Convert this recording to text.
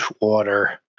water